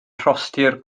rhostir